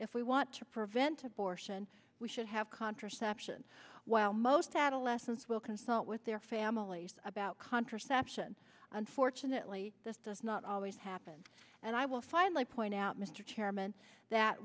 if we want to prevent abortion we should have contraception while most adolescents will consult with their families about contraception unfortunately this does not always happen and i will finally point out mr chairman that